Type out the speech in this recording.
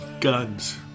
Guns